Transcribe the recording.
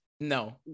No